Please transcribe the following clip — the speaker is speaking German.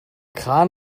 kran